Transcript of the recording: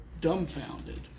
dumbfounded